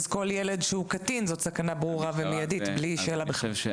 אז כל ילד שהוא קטין זו סכנה ברורה ומיידית בלי שאלה בכלל.